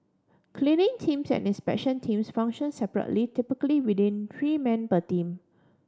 cleaning teams and inspection teams function separately typically with in three men per team